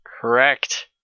Correct